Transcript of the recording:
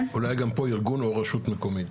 אולי גם פה 'ארגון או רשות מקומית'.